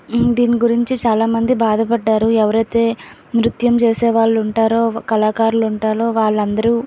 దీని గురించి చాలామంది బాధపడ్డారు ఎవరైతే నృత్యం చేసే వాళ్ళు ఉంటారో కళాకారులు ఉంటారో వాళ్ళందరు